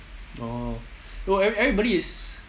oh no e~ everybody is